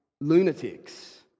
lunatics